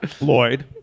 Lloyd